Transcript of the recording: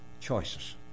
choices